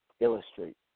illustrate